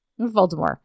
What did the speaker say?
Voldemort